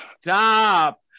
stop